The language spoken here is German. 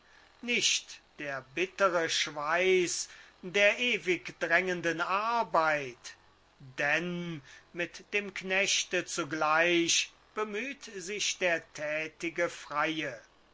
nicht der bittere schweiß der ewig drängenden arbeit denn mit dem knechte zugleich bemüht sich der tätige freie